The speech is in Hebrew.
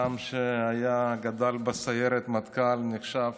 רם, שגדל בסיירת מטכ"ל, נחשב